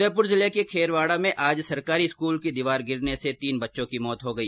उदयपुर जिले के खैरवाड़ा में आज सरकारी स्कूल की दीवार गिरने से तीन बच्चों की मौत हो गई